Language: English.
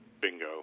bingo